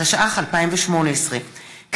התשע"ח 2018,